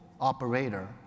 operator